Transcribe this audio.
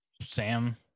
Sam